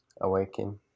awaken